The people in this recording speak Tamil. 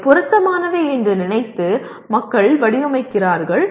அவை பொருத்தமானவை என்று நினைத்து மக்கள் வடிவமைக்கிறார்கள்